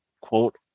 quote